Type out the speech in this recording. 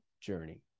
journey